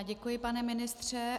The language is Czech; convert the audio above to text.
Děkuji, pane ministře.